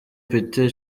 petr